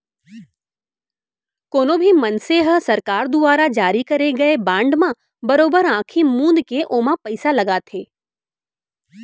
कोनो भी मनसे ह सरकार दुवारा जारी करे गए बांड म बरोबर आंखी मूंद के ओमा पइसा लगाथे